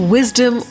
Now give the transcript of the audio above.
Wisdom